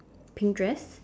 pink dress